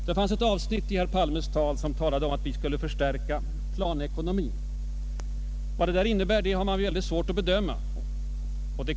I ett avsnitt av sitt anförande gjorde herr Palme gällande att planekonomin skulle förstärkas. Vad detta egentligen innebär är svårt att bedöma.